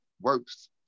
works